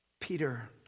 Peter